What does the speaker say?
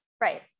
Right